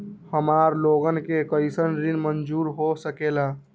हमार लोगन के कइसन ऋण मंजूर हो सकेला?